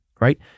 right